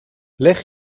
leg